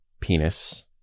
penis